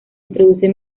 introduce